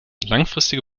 langfristige